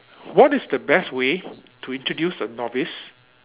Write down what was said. what is the best way to introduce a novice